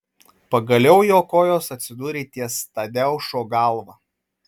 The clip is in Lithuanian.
pagaliau jo kojos atsidūrė ties tadeušo galva